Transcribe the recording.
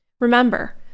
Remember